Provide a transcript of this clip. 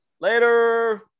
Later